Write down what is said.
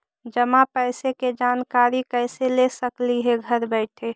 जमा पैसे के जानकारी कैसे ले सकली हे घर बैठे?